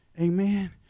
Amen